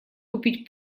купить